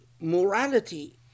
Morality